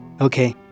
Okay